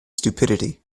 stupidity